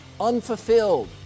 unfulfilled